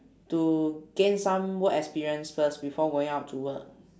to gain some work experience first before going out to work